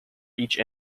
each